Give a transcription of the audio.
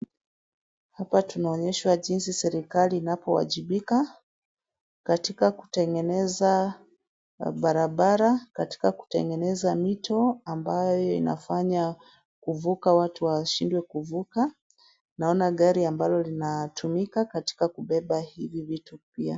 Hapa tunaonyesha jinsi serikali inapoajibika, katika kutengeneza barabara, katika kutengeneza vitu ambayo inafanya kuvuka watu washindwe kuvuka. Naona gari ambalo linatumika kubeba katika hizi vitu.